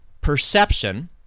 perception